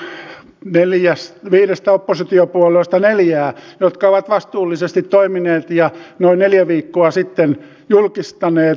minä kiitänkin viidestä oppositiopuolueesta neljää jotka ovat vastuullisesti toimineet ja noin neljä viikkoa sitten julkistaneet vaihtoehtobudjettinsa